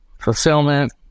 fulfillment